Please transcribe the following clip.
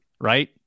right